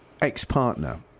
ex-partner